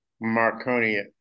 Marconi